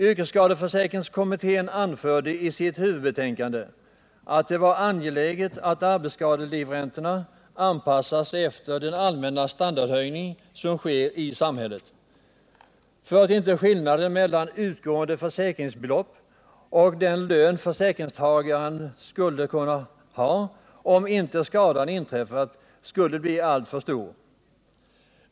Yrkesskadeförsäkringskommittén anförde i sitt huvudbetänkande att det var angeläget att arbetsskadelivräntorna anpassas efter den allmänna standardhöjning som sker i samhället för att inte skillnaden mellan utgående försäkringsbelopp och den lön försäkringstagaren skulle kunnat ha om inte skadan inträffat skall bli alltför stor.